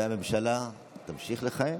והממשלה תמשיך לכהן.